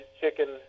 chicken